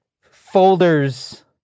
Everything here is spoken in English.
folders